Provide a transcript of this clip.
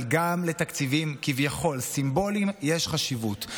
אבל גם לתקציבים כביכול סימבוליים יש חשיבות,